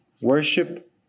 worship